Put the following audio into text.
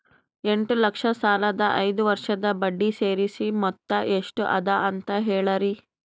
ಎಂಟ ಲಕ್ಷ ಸಾಲದ ಐದು ವರ್ಷದ ಬಡ್ಡಿ ಸೇರಿಸಿ ಮೊತ್ತ ಎಷ್ಟ ಅದ ಅಂತ ಹೇಳರಿ?